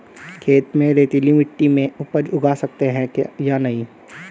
खेत में रेतीली मिटी में उपज उगा सकते हैं या नहीं?